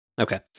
Okay